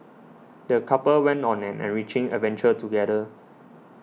the couple went on an enriching adventure together